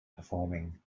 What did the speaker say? performing